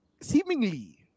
seemingly